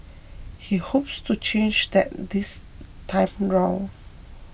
he hopes to change that this time round